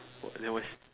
!wah! then what she